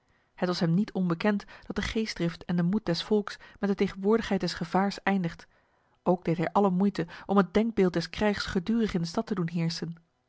het was hem niet onbekend dat de geestdrift en de moed des volks met de tegenwoordigheid des gevaars eindigt ook deed hij alle moeite om het denkbeeld des krijgs gedurig in de stad te doen heersen